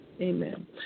Amen